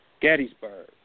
Gettysburg